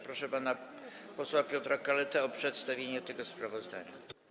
Proszę pana posła Piotra Kaletę o przedstawienie tego sprawozdania.